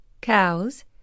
cows